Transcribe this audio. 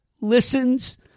listens